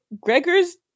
Gregor's